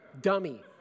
Dummy